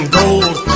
gold